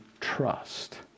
trust